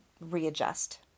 readjust